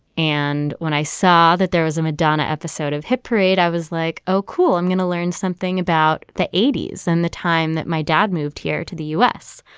and when i saw that there was a madonna episode of hit parade i was like oh cool i'm going to learn something about the eighty s and the time that my dad moved here to the u s.